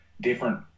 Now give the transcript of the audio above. different